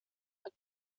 are